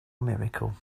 miracle